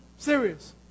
Serious